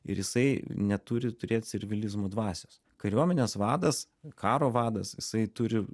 ir jisai neturi turėt servilizmo dvasios kariuomenės vadas karo vadas jisai turi